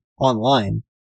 online